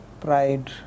pride